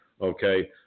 okay